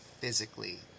physically